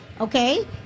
okay